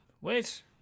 Wait